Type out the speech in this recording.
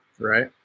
Right